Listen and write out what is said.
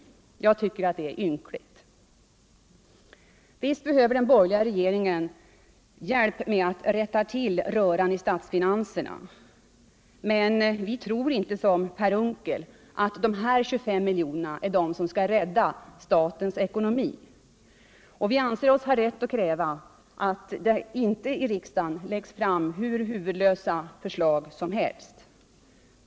Jag tycker alt det är ynkligt. Visst behöver den borgerliga regeringen hjälp med att rätta till röran i statsfinanserna, men vi tror inte som Per Unckel att det är dessa 25 miljoner som skall rädda statens ekonomi. Vi anser oss ha rätt att kräva att det i riksdagen inte läggs fram hur huvudlösa förslag som helst.